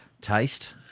taste